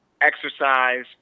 exercise